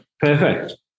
perfect